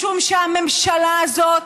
משום שהממשלה הזאת,